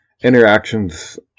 interactions